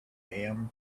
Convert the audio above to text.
ham